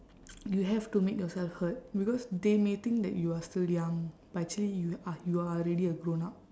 you have to make yourself heard because they may think that you are still young but actually you are you are already a grown up